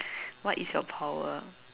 what is your power